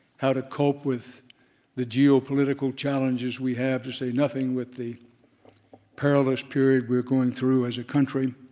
how to cope with the geo-political challenges we have, to say nothing with the perilous period we're going through as a country,